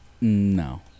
No